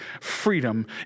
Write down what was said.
freedom